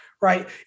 right